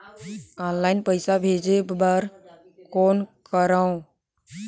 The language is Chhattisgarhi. ऑनलाइन पईसा भेजे बर कौन करव?